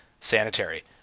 sanitary